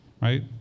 right